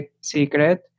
secret